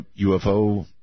UFO